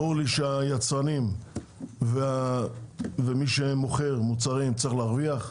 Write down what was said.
ברור לי שהיצרנים ומי שמוכר מוצרים צריך להרוויח,